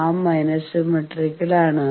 ആ minus symmetrical ആണ്